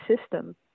system